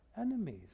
enemies